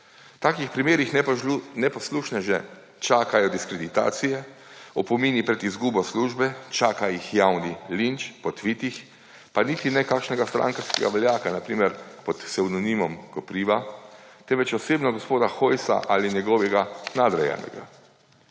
V takih primerih neposlušneže čakajo diskreditacije, opomini pred izgubo službe, čaka jih javni linč po tvitih, pa niti ne kakšnega strankarskega veljaka, na primer pod psevdonimom Kopriva, temveč osebno gospoda Hojsa ali njegovega nadrejenega.